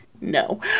no